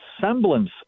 semblance